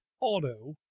auto